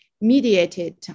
mediated